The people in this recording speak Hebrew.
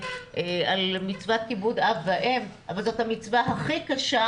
על מצוות כיבוד אב ואם אבל זו המצווה הכי קשה